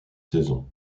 saison